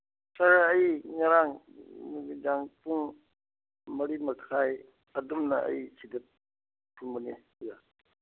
sir ꯑꯩ ꯉꯔꯥꯡ ꯅꯨꯃꯤꯗꯥꯡ ꯄꯨꯡ ꯃꯔꯤ ꯃꯈꯥꯏ ꯑꯗꯨꯝꯅ ꯑꯩ ꯁꯤꯗ ꯊꯨꯡꯕꯅꯤ ꯁꯤꯗ